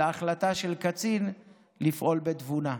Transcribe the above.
אלא זו החלטה של קצין לפעול בתבונה.